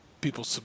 people